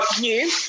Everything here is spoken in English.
new